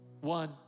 One